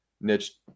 niche